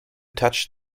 touch